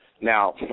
Now